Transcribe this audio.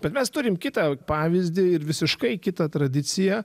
bet mes turim kitą pavyzdį ir visiškai kitą tradiciją